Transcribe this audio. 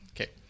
Okay